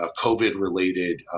COVID-related